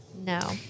No